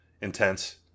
intense